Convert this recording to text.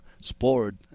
sport